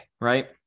right